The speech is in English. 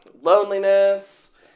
loneliness